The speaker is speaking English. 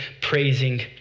praising